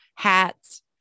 Hats